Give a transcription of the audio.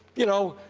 you know,